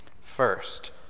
First